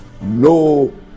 no